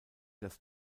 das